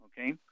okay